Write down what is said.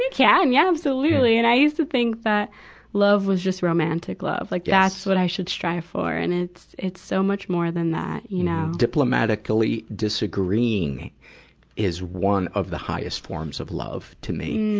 yeah and yeah, absolutely. and i used to think that love was just romantic love. like that's that's what i should strive for. and it's, it's so much more than that, you know. diplomatically disagreeing is one of the highest forms of love, to me.